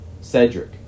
Cedric